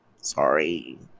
sorry